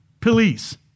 police